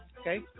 Okay